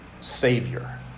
Savior